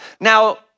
Now